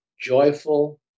joyful